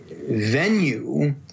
venue